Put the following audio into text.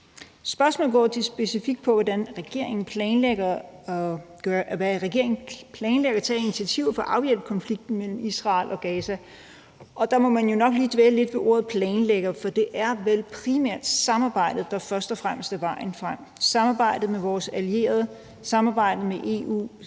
Spørgsmålet går jo specifikt på, hvad for initiativer regeringen planlægger at tage for at afhjælpe konflikten mellem Israel og Gaza, og der må man jo nok lige dvæle lidt ved ordet planlægge. For det er vel primært og først og fremmest samarbejdet, der er vejen frem, samarbejdet med vores allierede, samarbejdet med EU,